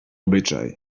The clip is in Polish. obyczaj